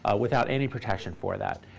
ah without any protection for that.